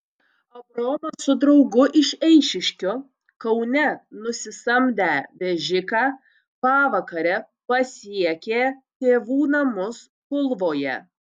abraomas su draugu iš eišiškių kaune nusisamdę vežiką pavakare pasiekė tėvų namus kulvoje